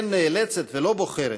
כן, נאלצת, לא בוחרת,